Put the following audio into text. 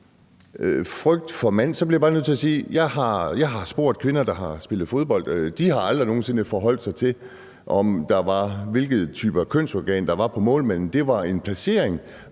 frygt for ordet mand, bliver jeg bare nødt til at sige, at jeg har spurgt kvinder, der har spillet fodbold, og de har aldrig nogen sinde forholdt sig til, hvilken type kønsorganer der var på målmanden; det var en position,